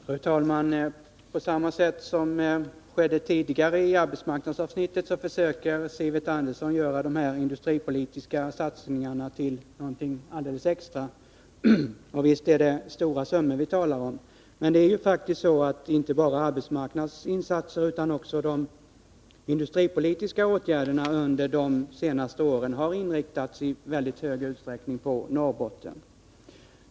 Fru talman! På samma sätt som när det gällde arbetsmarknadsavsnittet försöker nu Sivert Andersson göra de här industripolitiska satsningarna till någonting alldeles extra. Visst talar vi om stora summor. Men inte bara arbetsmarknadsinsatserna utan också de industripolitiska åtgärderna har faktiskt under de senaste åren i mycket stor utsträckning inriktats på Norrbotten.